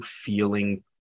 feeling